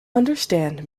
understand